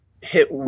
hit